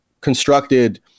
constructed